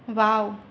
wow